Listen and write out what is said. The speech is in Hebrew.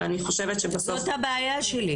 זאת הבעיה שלי,